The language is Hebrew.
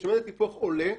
כשמדד טיפוח עולה,